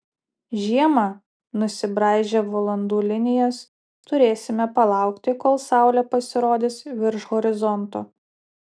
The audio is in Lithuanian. žiemą nusibraižę valandų linijas turėsime palaukti kol saulė pasirodys virš horizonto